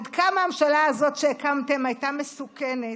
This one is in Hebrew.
עד כמה הממשלה הזאת שהקמתם הייתה מסוכנת?